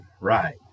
Right